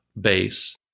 base